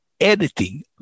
editing